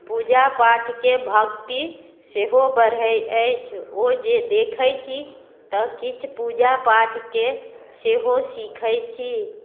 पूजा पाठके भक्ति सेहो बढ़य अछि ओ जे देखय छी तऽ किछु पूजा पाठके सेहो सीखय छी